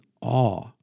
awe